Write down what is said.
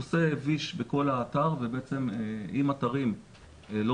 הוא עושה וויש בכל האתר ואם אתרים לא